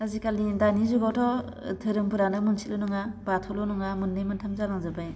आजिखालिनि दानि जुगावथ' धोरोमफोरानो मोनसेल' नङा बाथौल' नङा मोननै मोनथाम जालांजोबबाय